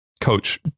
coach